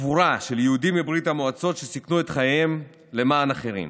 גבורה של יהודים מברית המועצות שסיכנו את חייהם למען אחרים.